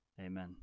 Amen